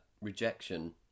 rejection